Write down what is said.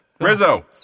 Rizzo